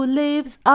lives